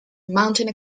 mounting